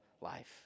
life